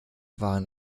waren